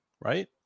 right